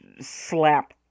slap